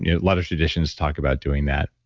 a lot of traditions talk about doing that.